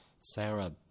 Sarah